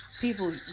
people